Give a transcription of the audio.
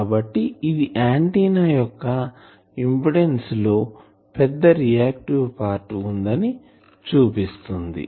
కాబట్టి ఇది ఆంటిన్నా యొక్క ఇంపిడెన్సు లో పెద్ద రియాక్టివ్ పార్ట్ ఉందని చూపిస్తుంది